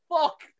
fuck